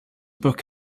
book